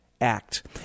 Act